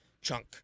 chunk